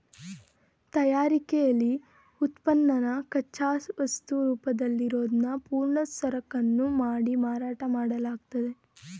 ತಯಾರಿಕೆಲಿ ಉತ್ಪನ್ನನ ಕಚ್ಚಾವಸ್ತು ರೂಪದಲ್ಲಿರೋದ್ನ ಪೂರ್ಣ ಸರಕನ್ನು ಮಾಡಿ ಮಾರಾಟ ಮಾಡ್ಲಾಗ್ತದೆ